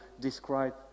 describe